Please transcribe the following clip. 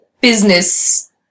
business